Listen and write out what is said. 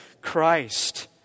Christ